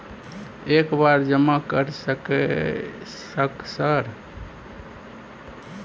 एक बार जमा कर सके सक सर?